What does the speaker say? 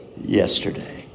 yesterday